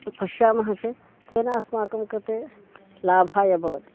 पश्यामः चेत् तेन अस्माकं कृते लाभाय भवति